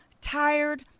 tired